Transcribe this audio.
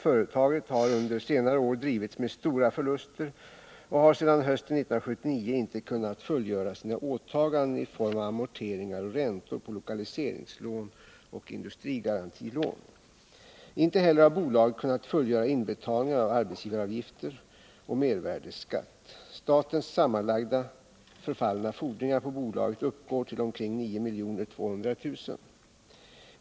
Företaget har under senare år drivits med stora förluster och har sedan hösten 1979 inte kunnat fullgöra sina åtaganden i form av amorteringar och räntor på lokaliseringslån och industrigarantilån. Inte heller har bolaget kunnat fullgöra inbetalningar av arbetsgivaravgifter och mervärdeskatt. Statens sammanlagda förfallna fordringar på bolaget uppgår till omkring 9 200 000 kr.